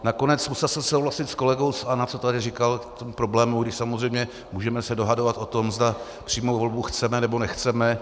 Nakonec musel jsem souhlasit s kolegou z ANO, co tady říkal k tomu problému, i když samozřejmě můžeme se dohadovat o tom, zda přímou volbu chceme, nebo nechceme.